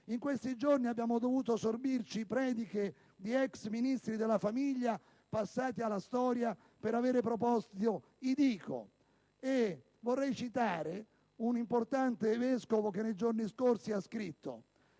In questi giorni abbiamo dovuto sorbirci prediche di ex Ministri della famiglia passati alla storia per avere proposte i Dico; vorrei citare un importante vescovo che nei giorni scorsi ha scritto: